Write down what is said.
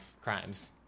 crimes